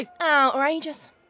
Outrageous